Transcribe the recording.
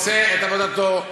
עושה את עבודתו.